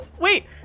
Wait